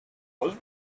was